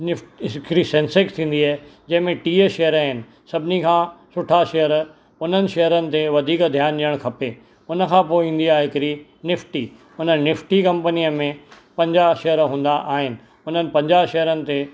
NIFT हिकिड़ी सेंसेक्स थींदी आहे जंहिंमें टीह शेयर थींदा आहिनि सभिनी खां सुठा शेयर उन्हनि शेयरनि ते वधीक ध्यानु ॾियणु खपे उन खां पोइ ईंदी आहे हिकिड़ी निफ्टी उन निफ्टी कम्पनीअ में पंजाह शेयर हूंदा आहिनि उन्हनि पंजाह शेयरनि ते